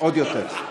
עוד יותר טוב.